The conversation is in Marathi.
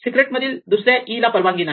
सीक्रेट मधील दुसऱ्या e ला परवानगी नाही